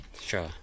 Sure